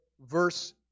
verse